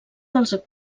dels